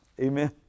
Amen